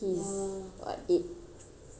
ah the younger sister is four he's eight